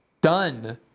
done